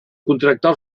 contractar